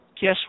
guess